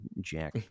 jack